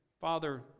Father